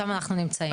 שם אנחנו נמצאים.